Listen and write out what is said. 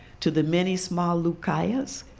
to the many small lucayas,